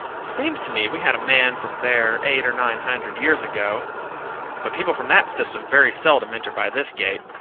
seems to me we had a man from there eight or nine hundred years ago but people from that system very seldom enter by this gate.